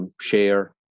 share